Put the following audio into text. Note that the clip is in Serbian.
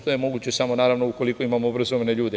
To je moguće samo, naravno, ukoliko imamo obrazovane ljude.